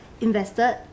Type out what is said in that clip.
invested